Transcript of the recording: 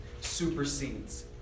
supersedes